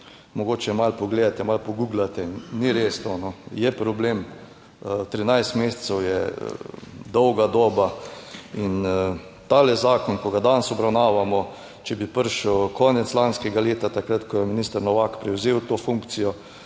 mogoče malo pogledajte, malo pogooglate in ni res to, no, je problem, 13 mesecev je dolga doba. In ta zakon, ki ga danes obravnavamo, če bi prišel konec lanskega leta, takrat ko je minister Novak prevzel to funkcijo